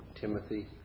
Timothy